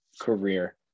career